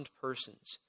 persons